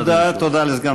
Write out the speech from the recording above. תודה, אדוני היושב-ראש.